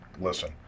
listen